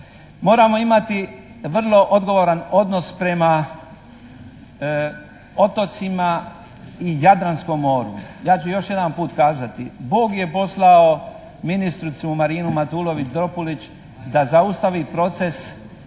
moramo imati vrlo odgovoran odnos prema otocima i Jadranskom moru. Ja ću još jedanput kazati. Bog je poslao ministricu Marinu Matulović-Dropulić da zaustavi proces